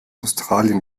australien